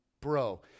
Bro